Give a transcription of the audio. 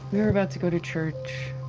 we were about to go to church.